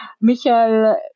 Michael